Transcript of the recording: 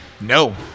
No